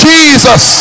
Jesus